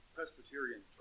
Presbyterian